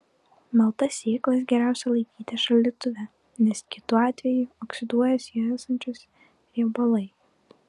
maltas sėklas geriausia laikyti šaldytuve nes kitu atveju oksiduojasi jose esančios riebalai